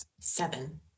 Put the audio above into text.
Seven